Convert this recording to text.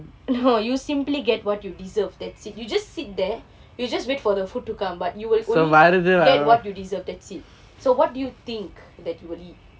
no you simply get what you deserve that's it you just sit there you just wait for the food to come but you will will get what you deserve that's it so what do you think that you will eat